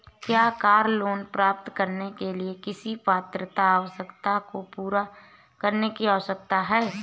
क्या car loan प्राप्त करने के लिए किसी पात्रता आवश्यकता को पूरा करने की आवश्यकता है?